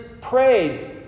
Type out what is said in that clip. prayed